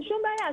אין שום בעיה.